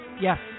Yes